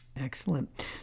Excellent